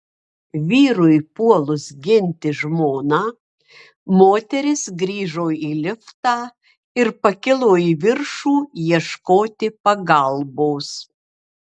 vyrui puolus ginti žmoną moteris grįžo į liftą ir pakilo į viršų ieškoti pagalbos